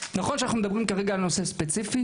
נכון שאנחנו מדברים כרגע על נושא ספציפי,